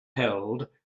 held